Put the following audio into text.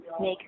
make